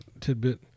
tidbit